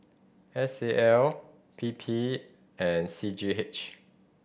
S A L P P and C G H